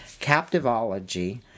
Captivology